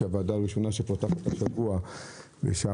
הוועדה הראשונה שפותחת את השבוע בשעה